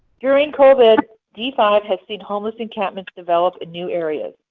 during covid, d five has seen homeless encampments develop in new areas.